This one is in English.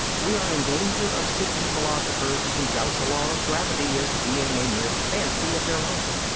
we are in danger of seeing philosophers who doubt the law of gravity as being a mere fancy of their own.